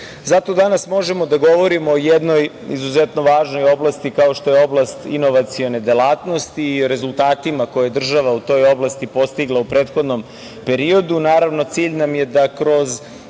danas možemo da govorimo o jednoj izuzetno važnoj oblasti, kao što je oblast inovacione delatnosti i o rezultatima koje država u toj oblasti je postigla u prethodnom periodu. Naravno, cilj nam je da kroz